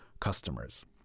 customers